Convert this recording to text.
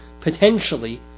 potentially